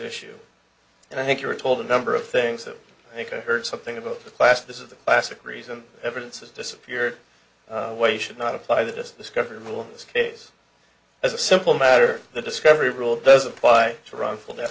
issue and i think you were told a number of things that i think i heard something about the class this is the classic reason evidence has disappeared way should not apply this discovery rule this case as a simple matter the discovery rule does apply to run for their